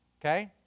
okay